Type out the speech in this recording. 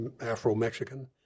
Afro-Mexican